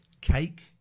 cake